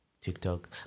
TikTok